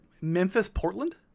Memphis-Portland